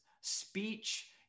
speech